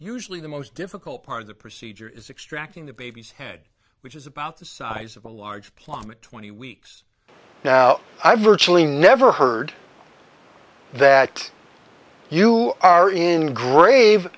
usually the most difficult part of the procedure is extracting the baby's head which is about the size of a large plummet twenty weeks now i virtually never heard that you are in grave